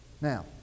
Now